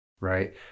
right